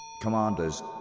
Commanders